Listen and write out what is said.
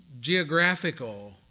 geographical